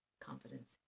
confidence